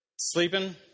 Sleeping